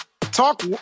Talk